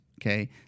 Okay